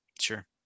Sure